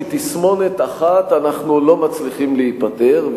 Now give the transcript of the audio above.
מתסמונת אחת אנחנו לא מצליחים להיפטר,